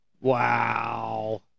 Wow